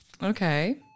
Okay